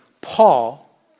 Paul